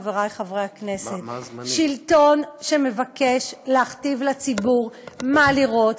חברי חברי הכנסת: שלטון שמבקש להכתיב לציבור מה לראות